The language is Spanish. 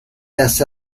las